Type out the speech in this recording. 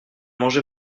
mangé